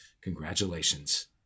Congratulations